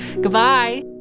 Goodbye